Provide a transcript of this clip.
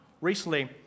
Recently